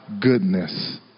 goodness